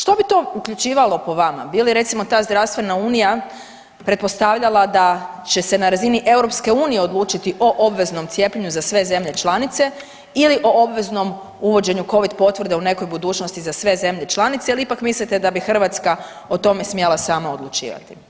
Što bi to uključivalo po vama, bi li recimo ta zdravstvena unija pretpostavljala da će se na razini EU odlučiti o obveznom cijepljenju za sve zemlje članice ili o obveznom uvođenju Covid potvrde u nekoj budućnosti za sve zemlje članice ili ipak mislite da bi Hrvatska o tome smjela sama odlučivati?